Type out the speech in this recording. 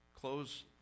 Close